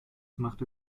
machte